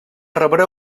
rebre